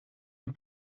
het